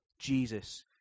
Jesus